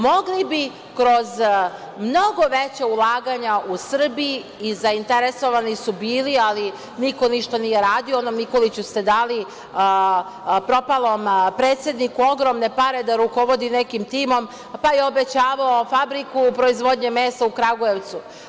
Mogli bi kroz mnogo veća ulaganja u Srbiji i zainteresovani su bili, ali niko ništa nije radio, onom Nikoliću ste dali, propalom predsedniku, ogromne pare da rukovodi nekim timom, pa je obećavao fabriku proizvodnje mesa u Kragujevcu.